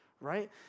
right